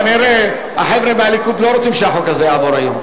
כנראה החבר'ה מהליכוד לא רוצים שהחוק הזה יעבור היום.